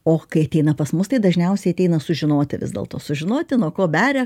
o kai ateina pas mus tai dažniausiai ateina sužinoti vis dėlto sužinoti nuo ko beria